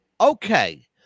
Okay